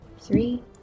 Three